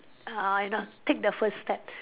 uh you know take the first step